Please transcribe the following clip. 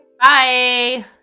Bye